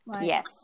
yes